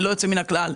ללא יוצא מן הכלל,